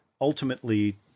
Ultimately